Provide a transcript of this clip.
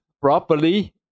properly